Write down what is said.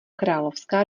královská